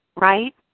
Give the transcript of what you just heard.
right